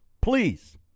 Please